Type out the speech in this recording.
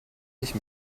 nicht